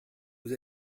vous